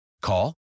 Call